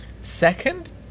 Second